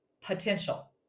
potential